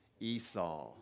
Esau